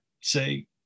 say